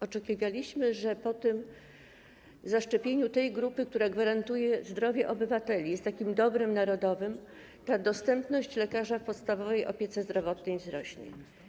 Oczekiwaliśmy, że po zaszczepieniu tej grupy, która gwarantuje zdrowie obywateli, jest takim dobrem narodowym, dostępność lekarzy w podstawowej opiece zdrowotnej wzrośnie.